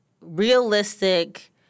realistic